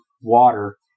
water